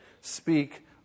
speak